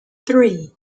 three